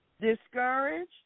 discouraged